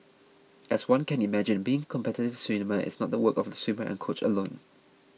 as one can imagine being a competitive swimmer is not the work of the swimmer and coach alone